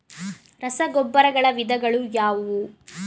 ರಸಗೊಬ್ಬರಗಳ ವಿಧಗಳು ಯಾವುವು?